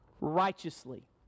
righteously